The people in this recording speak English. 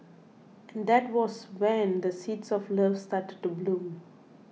and that was when the seeds of love started to bloom